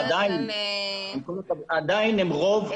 עדיין הם רוב.